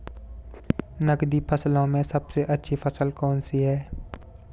नकदी फसलों में सबसे अच्छी फसल कौन सी है?